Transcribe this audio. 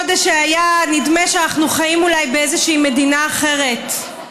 חודש שהיה נדמה שאנחנו חיים אולי באיזושהי מדינה אחרת,